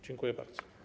Dziękuję bardzo.